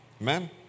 Amen